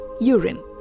urine